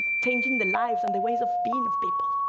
changing the lives and the ways of being of people.